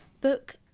book